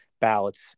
ballots